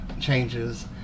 changes